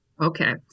Okay